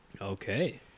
okay